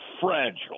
fragile